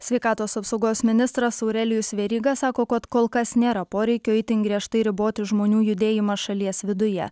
sveikatos apsaugos ministras aurelijus veryga sako kad kol kas nėra poreikio itin griežtai riboti žmonių judėjimą šalies viduje